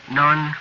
none